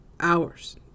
hours